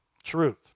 truth